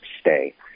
stay